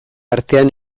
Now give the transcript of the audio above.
artean